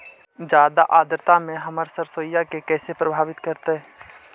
जादा आद्रता में हमर सरसोईय के कैसे प्रभावित करतई?